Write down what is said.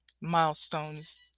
milestones